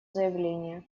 заявление